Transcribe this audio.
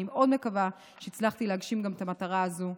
אני מאוד מקווה שהצלחתי להגשים גם את המטרה הזו.